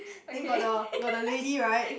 then got the got the lady right